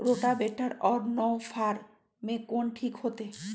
Rotavator और नौ फ़ार में कौन ठीक होतै?